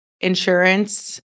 insurance